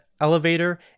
elevator